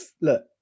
look